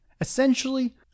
Essentially